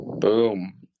Boom